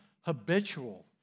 habitual